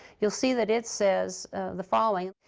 you'll see that it says the following,